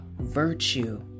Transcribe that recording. virtue